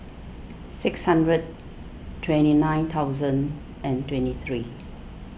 six hundred twenty nine thousand and twenty three